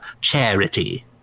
Charity